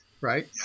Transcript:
right